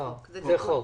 צריך חוק.